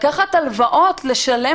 שלום